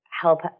help